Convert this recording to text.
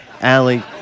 Allie